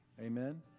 Amen